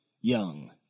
young